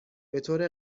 بطور